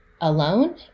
alone